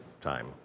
time